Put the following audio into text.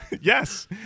Yes